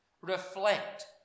Reflect